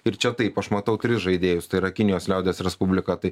ir čia taip aš matau tris žaidėjus tai yra kinijos liaudies respublika tai